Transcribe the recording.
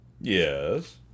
Yes